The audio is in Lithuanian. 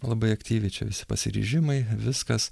labai aktyviai čia visi pasiryžimai viskas